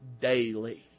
daily